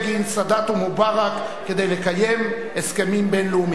סאדאת או מובראק כדי לקיים הסכמים בין-לאומיים.